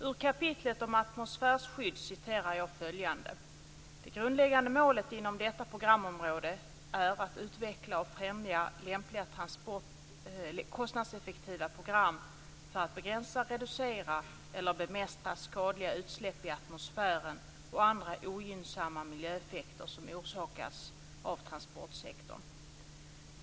Ur kapitlet om atmosfärsskydd citerar jag följande: "Det grundläggande målet inom detta programområde är att utveckla och främja lämpliga kostnadseffektiva program för att begränsa, reducera eller bemästra skadliga utsläpp i atmosfären och andra ogynnsamma miljöeffekter som orsakas av transportsektorn."